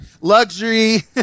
Luxury